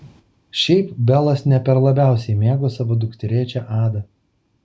šiaip belas ne per labiausiai mėgo savo dukterėčią adą